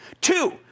Two